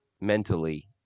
mentally